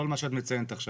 כל מה את מציינת עכשיו.